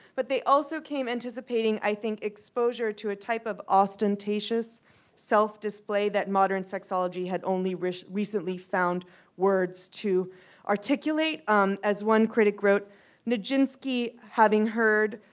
but they also came anticipating i think exposure to a type of ostentatious self display that modern sexology had only recently found words to articulate um as one critic wrote nijinsky having heard